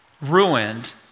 ruined